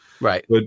Right